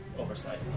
oversight